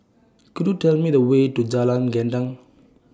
Could YOU Tell Me The Way to Jalan Gendang